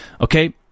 Okay